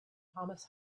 thomas